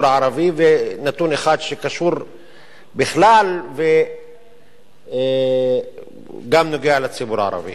הערבי ונתון אחד שקשור בכלל וגם נוגע לציבור הערבי.